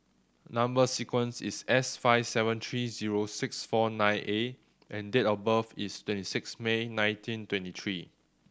number sequence is S five seven three zero six four nine A and date of birth is twenty six May nineteen twenty three